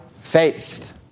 faith